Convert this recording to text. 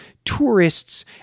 tourists